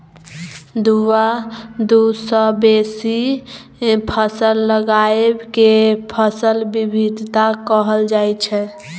दु आ दु सँ बेसी फसल लगाएब केँ फसल बिबिधता कहल जाइ छै